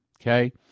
Okay